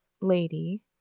Lady